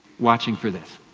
watching for this.